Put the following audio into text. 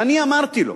ואני אמרתי לו: